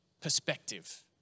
perspective